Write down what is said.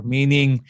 Meaning